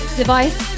device